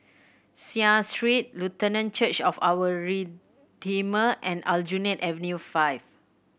Seah Street Lutheran Church of Our Redeemer and Aljunied Avenue Five